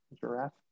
giraffe